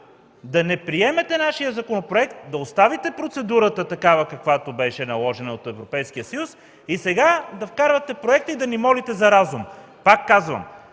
да не приемете нашия законопроект, да оставите процедурата – такава каквото беше наложена от Европейския съюз, сега да вкарвате проект и да ни молите за разум! Пак казвам,